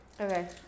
Okay